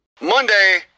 monday